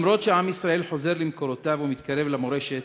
למרות שעם ישראל חוזר למקורותיו ומתקרב למורשת,